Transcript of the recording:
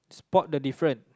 spot the different